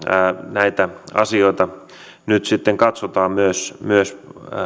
näitä asioita nyt sitten katsotaan myös myös